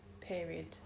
period